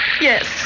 Yes